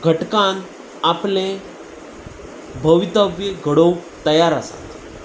घटकान आपलें भवितव्य घडोवक तयार आसात